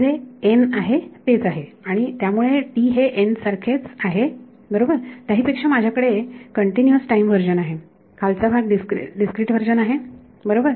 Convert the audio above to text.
हे जे आहे तेच आहे त्यामुळे हे सारखेच आहे बरोबर त्याहीपेक्षा माझ्याकडे कंटीन्यूअस टाईम व्हर्जन आहे खालचा भाग डीस्क्रीट व्हर्जन आहे बरोबर